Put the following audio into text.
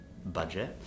budget